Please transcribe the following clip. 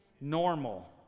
Normal